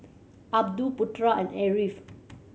Abdul Putra and Ariff